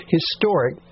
Historic